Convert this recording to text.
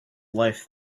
life